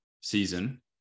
season